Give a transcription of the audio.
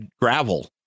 gravel